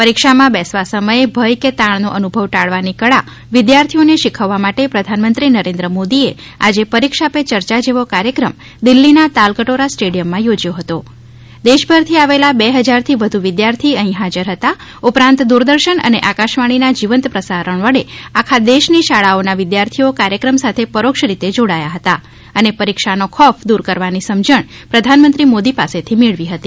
પરીક્ષા માં બેસવા સમયે ભય કે તાણ નો અનુભવ ટાળવાની કળા વિદ્યાર્થીઓને શીખવવા માટે પ્રધાનમંત્રી નરેન્દ્ર મોદી એ આજે પરીક્ષા પે ચર્ચા જેવો કાર્યક્રમ દિલ્લી ના તાલકટોરા સ્ટેડિથમ માં યોજ્યો હતો દેશભર થી આવેલા બે ફજારથી વધુ વિદ્યાર્થી અહી હાજર હતા ઉપરાંત દૂરદર્શન અને આકાશવાણી ના જીવંત પ્રસારણ વડે આખા દેશ ની શાળાઓના વિદ્યાર્થીઓ કાર્યક્રમ સાથે પરોક્ષરીતે જોડાયા હતા અને પરીક્ષા નો ખોફ દૂર કરવાની સમજણ પ્રધાનમંત્રી મોદી પાસે થી મેળવી હતી